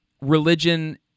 religion